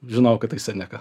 žinojau kad tai seneka